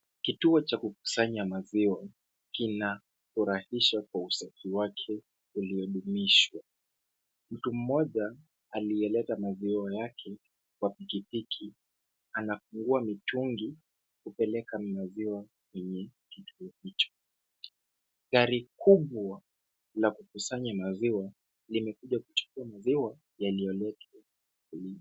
Kituo cha kukusanya maziwa kinafurahisha kwa usafi wake uliodumishwa. Mtu mmoja aliyeleta maziwa yake kwa pikipiki anafungua mitungi kupeleka maziwa kwenye kituo hicho. Gari kubwa la kukusanya maziwa limekuja kuchukua maziwa yaliyoletwa humu.